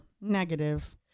Negative